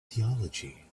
theology